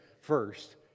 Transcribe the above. first